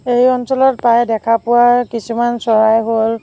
এই অঞ্চলত প্ৰায়ে দেখা পোৱা কিছুমান চৰাই হ'ল